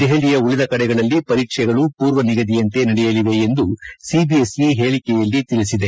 ದೆಹಲಿಯ ಉಳಿದ ಕಡೆಗಳಲ್ಲಿ ಪರೀಕ್ಷೆಗಳು ಪೂರ್ವ ನಿಗದಿಯಂತೆ ನಡೆಯಲಿವೆ ಎಂದು ಸಿಬಿಎಸ್ಇ ಹೇಳಿಕೆಯಲ್ಲಿ ತಿಳಿಸಿದೆ